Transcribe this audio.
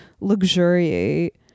luxuriate